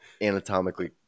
anatomically